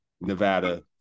nevada